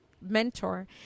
mentor